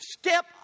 step